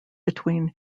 between